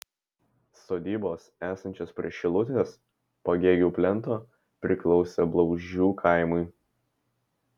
sodybos esančios prie šilutės pagėgių plento priklausė blauzdžių kaimui